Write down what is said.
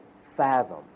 fathom